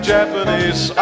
Japanese